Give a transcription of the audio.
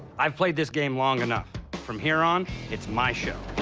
i've played this game long enough from here on it's my show